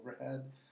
overhead